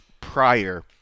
prior